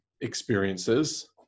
experiences